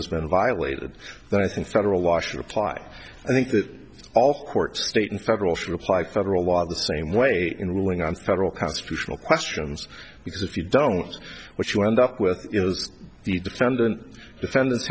has been violated then i think federal law should apply i think that all courts state and federal should apply federal law the same way in ruling on federal constitutional questions because if you don't what you end up with is the defendant defendants